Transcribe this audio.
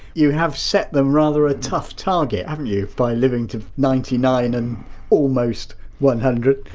you have set them rather a tough target, haven't you, by living to ninety nine and almost one hundred?